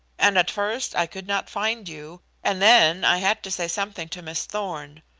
and at first i could not find you, and then i had to say something to miss thorn.